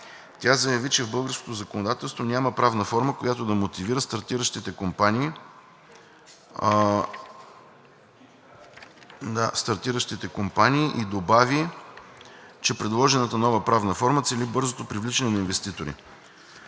Тя заяви, че в българското законодателство няма правна форма, която да мотивира стартиращите компании, и добави, че предложената нова правна форма цели бързото привличане на инвеститори.